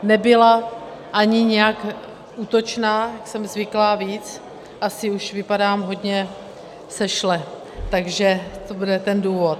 Nebyla ani nijak útočná, jsem zvyklá na víc, asi už vypadám hodně sešle, takže to bude ten důvod.